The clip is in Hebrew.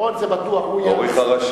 בר-און זה בטוח, הוא יהיה, העורך הראשי.